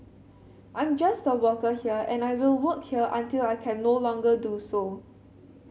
I'm just a worker here and I will work here until I can no longer do so